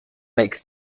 makes